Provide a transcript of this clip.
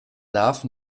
darf